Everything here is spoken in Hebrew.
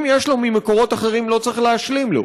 אם יש לו ממקורות אחרים לא צריך להשלים לו,